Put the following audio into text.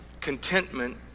Contentment